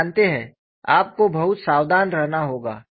आप जानते हैं आपको बहुत सावधान रहना होगा